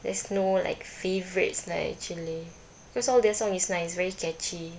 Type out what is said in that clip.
there's no like favourites lah actually because all their song is nice very catchy